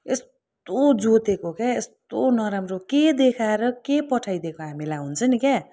यस्तो जोतेको क्या यस्तो नराम्रो के देखाएर के पठाइदिएको हामीलाई हुन्छ नि क्या